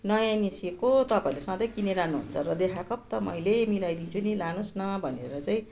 नयाँ निस्किएको तपाईँहरूले सधैँ किनि रहनुहुन्छ र देखाएको त मैले मिलाइ दिन्छु नि लानुहोस् न भनेर चाहिँ